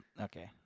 okay